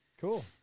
Cool